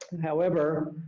however